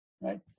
Right